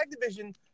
division